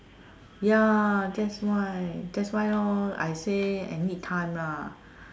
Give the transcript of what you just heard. ya that's why that's why lor I say I need time lah